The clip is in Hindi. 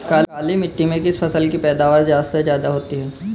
काली मिट्टी में किस फसल की पैदावार सबसे ज्यादा होगी?